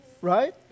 Right